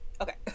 okay